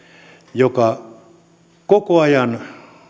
joka koko ajan